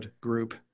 group